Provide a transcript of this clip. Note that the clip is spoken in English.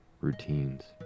routines